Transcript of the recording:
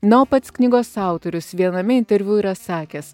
na o pats knygos autorius viename interviu yra sakęs